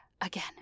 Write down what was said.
again